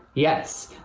yes.